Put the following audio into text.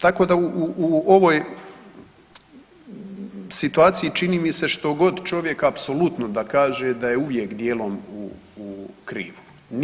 Tako da u ovoj situaciji čini mi se što god čovjek apsolutno da kaže da je uvijek dijelom u krivu.